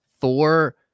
Thor